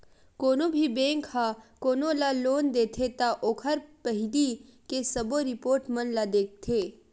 कोनो भी बेंक ह कोनो ल लोन देथे त ओखर पहिली के सबो रिपोट मन ल देखथे